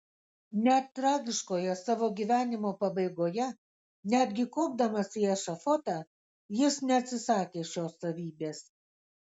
net tragiškoje savo gyvenimo pabaigoje netgi kopdamas į ešafotą jis neatsisakė šios savybės